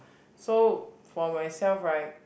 so for myself right